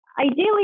ideally